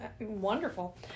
wonderful